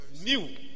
new